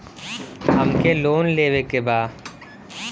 हमके लोन लेवे के बा?